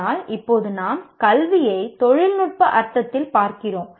ஆனால் இப்போது நாம் கல்வியை தொழில்நுட்ப அர்த்தத்தில் பார்க்கிறோம்